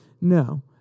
No